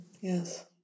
yes